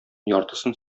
яртысын